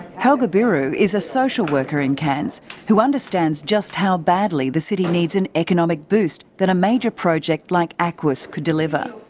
helga biro is a social worker in cairns who understands just how badly the city needs an economic boost that a major project like aquis could deliver.